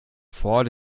vor